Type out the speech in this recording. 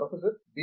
professor B